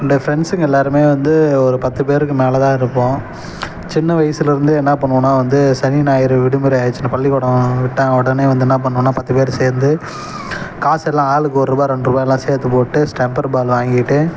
என் ஃப்ரெண்ஸுங்க எல்லோருமே வந்து ஒரு பத்துப் பேருக்கு மேல் தான் இருப்போம் சின்ன வயசுலேருந்தே என்ன பண்ணுவோன்னால் வந்து சனி ஞாயிறு விடுமுறை ஆகிடுச்சினா பள்ளிக்கூடம் விட்டால் உடனே வந்து என்ன பண்ணுவோன்னால் பத்துப் பேரு சேர்ந்து காசு எல்லாம் ஆளுக்கு ஒருரூவா ரெண்டுவா எல்லாம் சேர்த்துப் போட்டு ஸ்டெம்பர் பால் வாங்கிட்டு